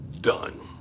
done